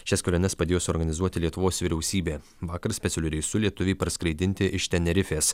šias keliones padėjo suorganizuoti lietuvos vyriausybė vakar specialiu reisu lietuviai parskraidinti iš tenerifės